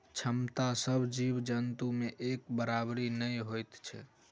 क्षमता सभ जीव जन्तु मे एक बराबरि नै होइत छै